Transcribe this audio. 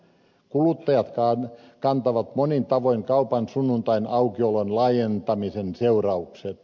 kuluttajatkin kantavat monin tavoin kaupan sunnuntain aukiolon laajentamisen seuraukset